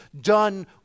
done